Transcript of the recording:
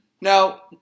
Now